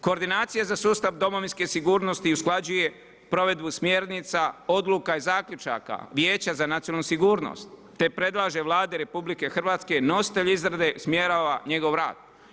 Koordinacije za sustava domovinske sigurnosti usklađuje provedbu smjernica, odluka i zaključaka, vijeća za nacionalnu sigurnost, te predlaže Vladi RH, nositelju izrade smjerova, njegov rad.